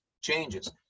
changes